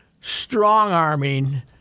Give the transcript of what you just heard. strong-arming